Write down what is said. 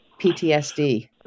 PTSD